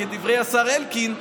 כדברי השר אלקין,